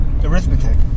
Arithmetic